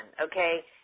okay